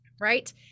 right